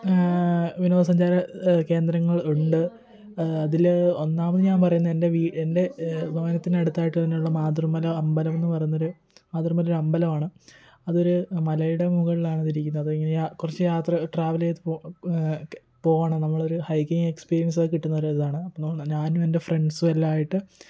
വിനോദ സഞ്ചാര കേന്ദ്രങ്ങൾ ഉണ്ട് അതില് ഒന്നാമത് ഞാൻ പറയുന്ന എന്റെ വീട് എന്റെ ഭവനത്തിന്റെ അടുത്തായിട്ട് തന്നെ മാതൃമല അമ്പലം എന്ന് പറയുന്നൊരു മാതൃമല ഒരു അമ്പലമാണ് അതൊരു മലയുടെ മുകളിലാണ് അതിരിക്കുന്നത് അതിങ്ങനെ കുറച്ച് യാത്ര ട്രാവലെയ്ത് പോകണം നമ്മളൊരു ഹൈകിങ് എക്സ്പീരിയൻസൊക്കെ കിട്ടുന്ന ഒരു ഇതാണ് അപ്പോൾ ഞാനും എന്റെ ഫ്രണ്ട്സ്മെല്ലാമായിട്ട്